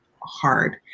hard